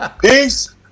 Peace